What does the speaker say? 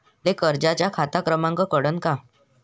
मले कर्जाचा खात क्रमांक कळन का?